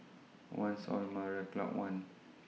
one's on Marina Club one